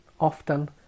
Often